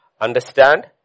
understand